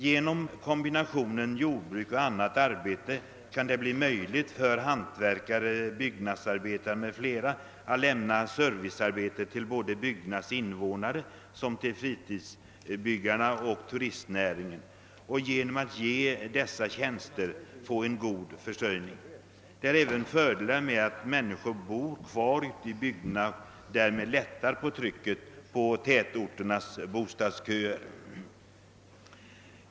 Genom kombinationen jordbruk— annat arbete kan det bli möjligt för hantverkare, byggnadsarbetare m.fl. att ge service till såväl bygdernas fasta invånare som fritidsbyggarna och turistnäringen. Genom att utföra dessa tjänster kan de få en god försörjning. Det blir även fördelar på så sätt att människor bor kvar ute i bygderna och därmed lättar trycket på tätorternas bostadsköer.